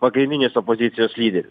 pagrindinis opozicijos lyderis